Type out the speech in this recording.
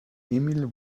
emil